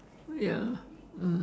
oh ya